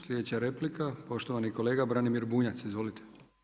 Sljedeća replika poštovani kolega Branimir Bunjac, izvolite.